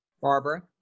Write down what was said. Barbara